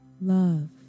love